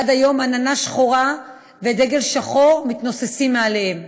עד היום עננה שחורה ודגל שחור מתנוססים מעליהם.